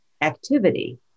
activity